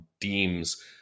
deems